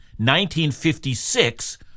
1956